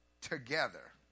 together